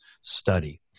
study